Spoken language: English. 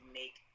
make